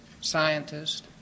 scientist